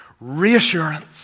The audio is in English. Reassurance